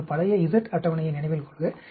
நமது பழைய z அட்டவணையை நினைவில் கொள்க